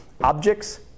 objects